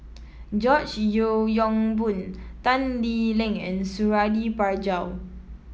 George Yeo Yong Boon Tan Lee Leng and Suradi Parjo